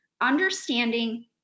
understanding